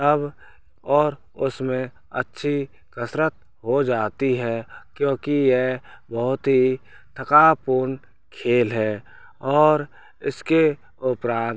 तब और उसमें अच्छी कसरत हो जाती है क्योंकि यह बहुत ही थकावपूर्ण खेल है और इसके उपरांत